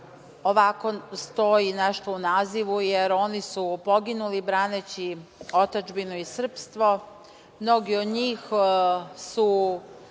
ovako stoji nešto u nazivu, jer oni su poginuli, braneći otadžbinu i srpstvo. Mnogi od njih su